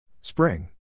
Spring